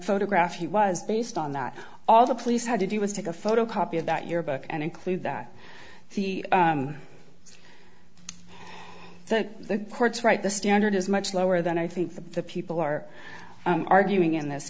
photograph he was based on that all the police had to do was take a photocopy of that your book and include that the so the court's right the standard is much lower than i think the people are arguing in this